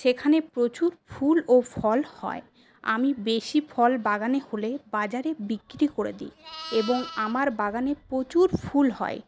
সেখানে প্রচুর ফুল ও ফল হয় আমি বেশি ফল বাগানে হলে বাজারে বিক্রি করে দিই এবং আমার বাগানে প্রচুর ফুল হয়